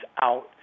out